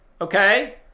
Okay